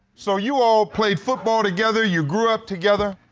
so, you all played football together, you grew up together.